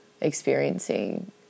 experiencing